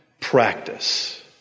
practice